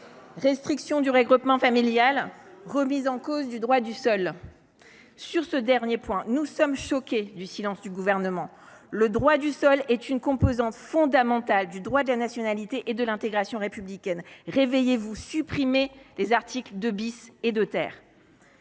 restriction du regroupement familial, remise en cause du droit du sol. Sur ce dernier point, nous sommes choqués du silence du Gouvernement. Le droit du sol est une composante fondamentale du droit de la nationalité et de l’intégration républicaine. Réveillez vous, supprimez les articles 2 et 2 !